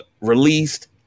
released